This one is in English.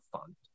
fund